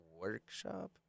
workshop